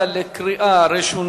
איסור שתייה של משקה משכר על-ידי קטין),